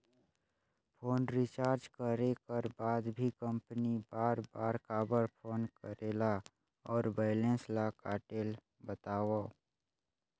Phone recharge करे कर बाद भी कंपनी बार बार काबर फोन करेला और बैलेंस ल काटेल बतावव?